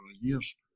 years